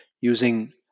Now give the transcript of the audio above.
using